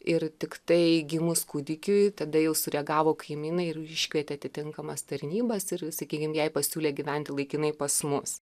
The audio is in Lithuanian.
ir tiktai gimus kūdikiui tada jau sureagavo kaimynai ir iškvietė atitinkamas tarnybas ir sakykim jai pasiūlė gyventi laikinai pas mus